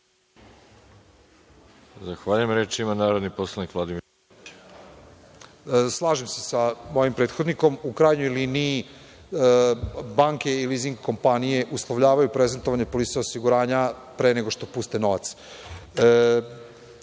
Zahvaljujem. Reč ima narodni poslanik Vladimir Orlić. **Vladimir Đurić** Slažem se sa mojim prethodnikom. U krajnjoj liniji, banke i lizing kompanije uslovljavaju prezentovanje polise osiguranja pre nego što puste novac.